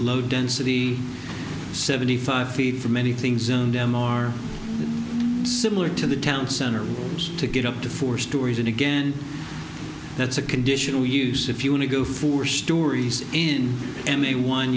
low density seventy five feet for many things in them or similar to the town center to get up to four stories and again that's a conditional use if you want to go four stories in and the on